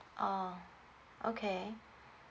oh okay